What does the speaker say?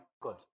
good